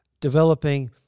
developing